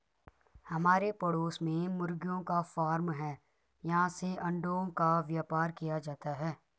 हमारे पड़ोस में मुर्गियों का फार्म है, वहाँ से अंडों का व्यापार किया जाता है